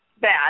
bad